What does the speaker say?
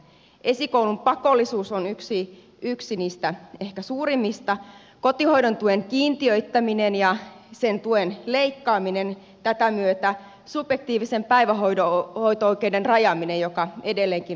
esikoulun pakollisuus on yksi niistä ehkä suurimmista kotihoidon tuen kiintiöittäminen ja sen tuen leikkaaminen tätä myötä subjektiivisen päivähoito oikeuden rajaaminen joka edelleenkin on auki